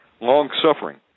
long-suffering